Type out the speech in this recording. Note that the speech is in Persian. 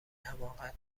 همانقدر